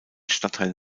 stadtteil